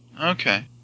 Okay